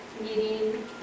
meeting